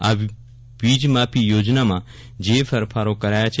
આ વીજ માફી યોજનામાં જે ફેરફારો કરાયા છે